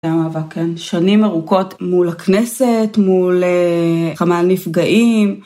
זה היה מאבק, כן. שנים ארוכות מול הכנסת, מול כמה נפגעים.